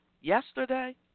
yesterday